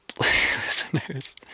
listeners